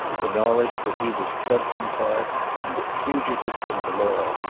the knowledge that he was judson clark and a fugitive from the law.